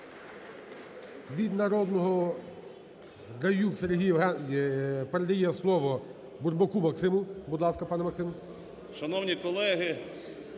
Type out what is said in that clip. Від "Народного…" Драюк Сергій передає слово Бурбаку Максиму. Будь ласка, пане Максим.